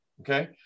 okay